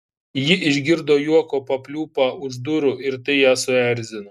ji išgirdo juoko papliūpą už durų ir tai ją suerzino